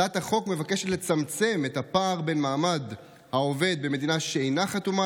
הצעת החוק מבקשת לצמצם את הפער בין מעמד העובד במדינה שאינה חתומה